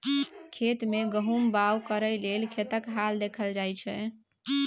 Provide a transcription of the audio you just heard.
खेत मे गहुम बाउग करय लेल खेतक हाल देखल जाइ छै